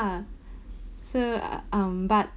uh so um but